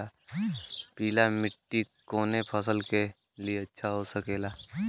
पीला मिट्टी कोने फसल के लिए अच्छा होखे ला?